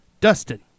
Dustin